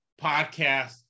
podcast